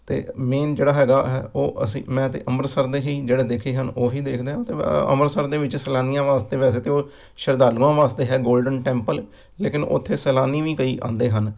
ਅਤੇ ਮੇਨ ਜਿਹੜਾ ਹੈਗਾ ਹੈ ਉਹ ਅਸੀਂ ਮੈਂ ਤਾਂ ਅੰਮ੍ਰਿਤਸਰ ਦੇ ਹੀ ਜਿਹੜੇ ਦੇਖੇ ਹਨ ਉਹ ਹੀ ਦੇਖਦਾ ਅਤੇ ਮੈਂ ਅੰਮ੍ਰਿਤਸਰ ਦੇ ਵਿੱਚ ਸੈਲਾਨੀਆਂ ਵਾਸਤੇ ਵੈਸੇ ਤਾਂ ਉਹ ਸ਼ਰਧਾਲੂਆਂ ਵਾਸਤੇ ਹੈ ਗੋਲਡਨ ਟੈਂਪਲ ਲੇਕਿਨ ਉੱਥੇ ਸੈਲਾਨੀ ਵੀ ਕਈ ਆਉਂਦੇ ਹਨ